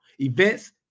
events